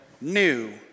new